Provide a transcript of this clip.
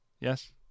Yes